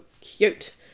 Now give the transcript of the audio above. cute